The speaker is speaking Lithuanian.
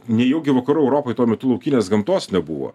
nejaugi vakarų europoj tuo metu laukinės gamtos nebuvo